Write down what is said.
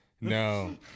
No